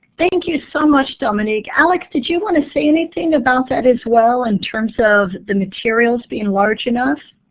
thank you so much, dominique. alex, did you want to say anything about that as well in terms of the materials being large enough?